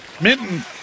Minton